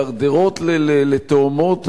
מידרדרות לתהומות.